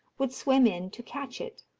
would swim in to catch it.